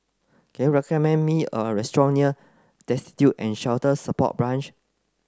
can you recommend me a restaurant near Destitute and Shelter Support Branch